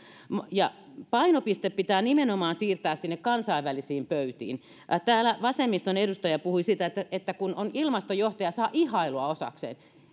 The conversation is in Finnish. painopiste pitää nimenomaan siirtää sinne kansainvälisiin pöytiin täällä vasemmiston edustaja puhui siitä että kun on ilmastojohtaja saa ihailua osakseen